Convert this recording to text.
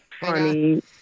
funny